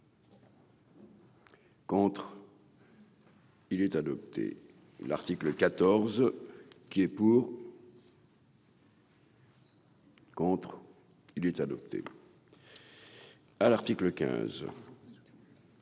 pour. Il est adopté, et l'article 14 qui est pour. Contre. Il est adopté à l'article 15